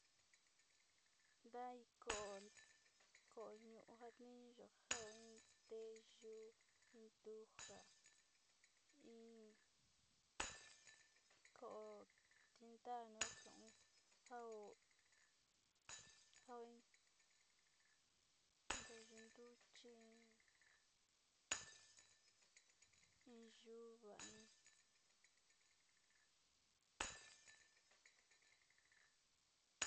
Ntaka in koo jatniñuyo jao in nteyu in ñaji jatniñuyo kooyo in ntute in toli yuka kajatniñu in taka ntatniñu.